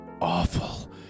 awful